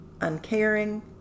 uncaring